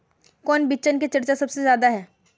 कौन बिचन के चर्चा सबसे ज्यादा है?